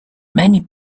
many